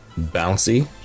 bouncy